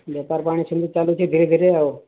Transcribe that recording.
ବେପାର ପାଣି ସେମିତି ଚାଲୁଛି ଧୀରେ ଧୀରେ ଆଉ